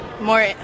more